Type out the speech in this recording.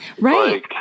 Right